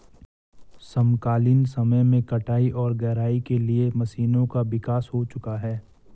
समकालीन समय में कटाई और गहराई के लिए मशीनों का विकास हो चुका है